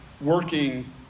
working